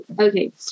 okay